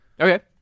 Okay